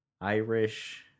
irish